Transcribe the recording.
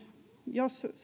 jos saat